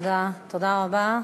תודה רבה.